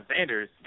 Sanders